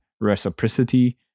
reciprocity